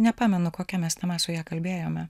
nepamenu kokia mes tema su ja kalbėjome